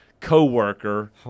co-worker